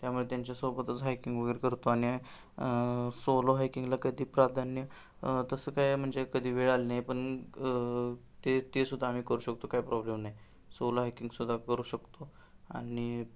त्यामुळे त्यांच्यासोबतच हायकिंग वगैरे करतो आणि सोलो हायकिंगला कधी प्राधान्य तसं काय म्हणजे कधी वेळ आली नाही पण ते ते सुद्धा आम्ही करू शकतो काय प्रॉब्लेम नाही सोलो हायकिंगसुद्धा करू शकतो आणि